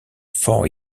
four